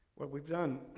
what we've done,